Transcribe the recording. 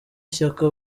ishyaka